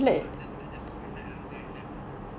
so I just I just put aside ah then I let my mum eat